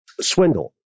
swindle